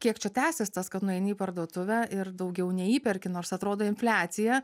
kiek čia tęsis tas kad nueini į parduotuvę ir daugiau neįperki nors atrodo infliacija